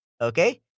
Okay